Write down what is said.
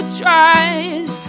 tries